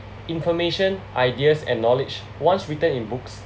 information ideas and knowledge once written in books